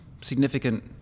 significant